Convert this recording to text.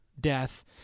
death